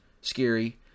scary